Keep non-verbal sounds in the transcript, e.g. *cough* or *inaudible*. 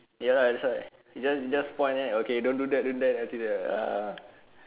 ya lah that's why you just you just point that then okay don't do that don't do that *noise*